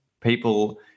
People